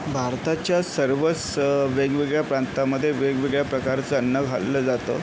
भारताच्या सर्वस वेगवेगळ्या प्रांतामध्ये वेगवेगळ्या प्रकारचं अन्न खाल्लं जातं